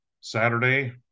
Saturday